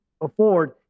afford